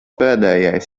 pēdējais